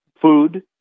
food